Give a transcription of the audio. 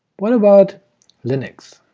what about linux?